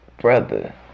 brother